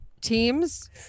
teams